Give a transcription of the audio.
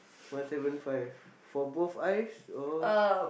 one seven five for both eyes or